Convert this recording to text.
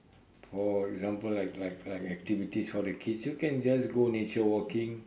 for example like like like activities for the kids you can just go nature walking